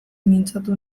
mintzatu